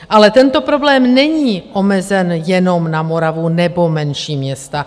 Ale tento problém není omezen jenom na Moravu nebo menší města.